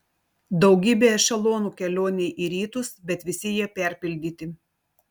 daugybė ešelonų kelionei į rytus bet visi jie perpildyti